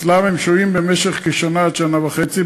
הם שוהים אצלם במשך שנה עד שנה וחצי,